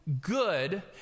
good